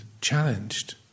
challenged